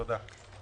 תודה.